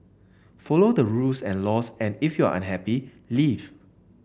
follow the rules and laws and if you're unhappy leave